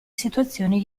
situazioni